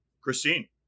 Christine